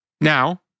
Now